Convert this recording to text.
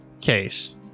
case